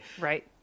right